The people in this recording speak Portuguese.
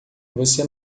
você